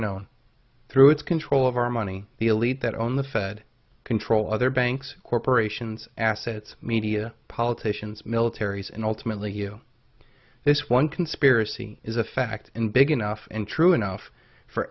known through its control of our money the elite that own the fed control other banks corporations assets media politicians militaries and ultimately you this one conspiracy is a fact and big enough and true enough for